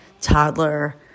toddler